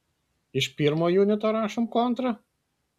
iš pirmo junito rašom kontrą